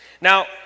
Now